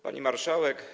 Pani Marszałek!